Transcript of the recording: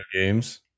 games